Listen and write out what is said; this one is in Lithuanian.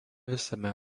visame